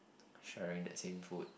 sharing the same food